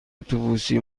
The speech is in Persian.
اتوبوسی